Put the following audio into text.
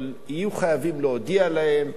אבל יהיו חייבים להודיע להן,